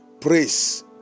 praise